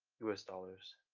us dollars.